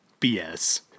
BS